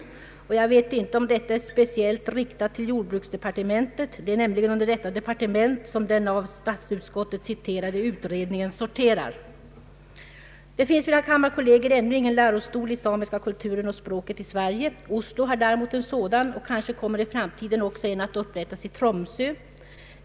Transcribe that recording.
Jag vet inte om detta är speciellt riktat till jordbruksdepartementet, men det är under detta departement som den av statsutskottet citerade utredningen sorterar. Det finns, mina kammarkolleger, ännu ingen lärostol i samiska kulturen och språket i Sverige. Oslo har däremot en sådan, och kanske kommer i framtiden också en att upprättas i Tromsö.